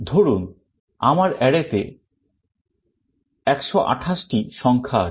ধরুন আমার array তে 128 টি সংখ্যা আছে